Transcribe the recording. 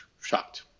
shocked